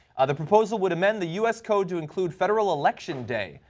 ah the proposal would amend the u s. code to include federal election day,